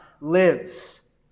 lives